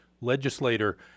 legislator